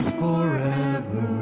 forever